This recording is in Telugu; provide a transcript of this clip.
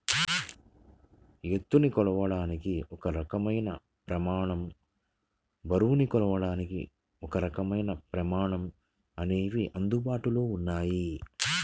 ఎత్తుని కొలవడానికి ఒక రకమైన ప్రమాణం, బరువుని కొలవడానికి ఒకరకమైన ప్రమాణం అనేవి అందుబాటులో ఉన్నాయి